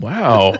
Wow